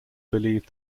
believed